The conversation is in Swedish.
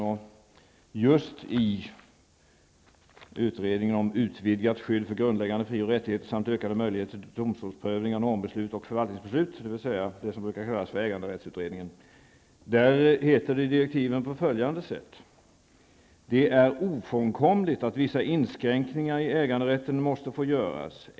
I direktiven till utredningen om utvidgat skydd för grundläggande fri och rättigheter samt ökade möjligheter till domstolsprövningar, normbeslut och förvaltningsbeslut, dvs. äganderättsutredningen, sägs följande: ''Det är ofrånkomligt att vissa inskränkningar i äganderätten måste få göras.